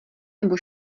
nebo